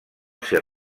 ser